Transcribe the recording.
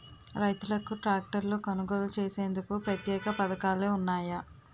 రైతులకు ట్రాక్టర్లు కొనుగోలు చేసేందుకు ప్రత్యేక పథకాలు ఉన్నాయా?